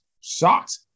shocked